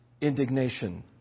indignation